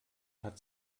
hat